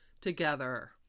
together